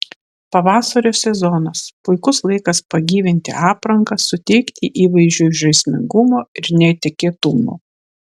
pavasario sezonas puikus laikas pagyvinti aprangą suteikti įvaizdžiui žaismingumo ir netikėtumo